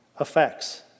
effects